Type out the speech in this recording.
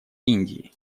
индии